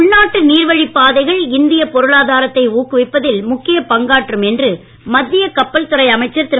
உள்நாட்டு நீர்வழிப் பாதைகள் இந்தியப் பொருளாதாரத்தை ஊக்குவிப்பதில் முக்கியப் பங்காற்றும் என்று மத்திய கப்பல்துறை அமைச்சர் திரு